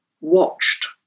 watched